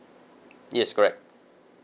yes correct